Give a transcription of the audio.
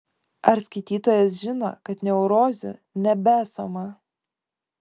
ar skaitytojas žino kad neurozių nebesama